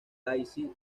daisy